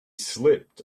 slipped